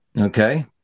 Okay